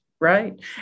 Right